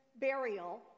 burial